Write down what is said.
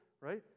Right